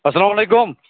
اَسلامُ علیکُم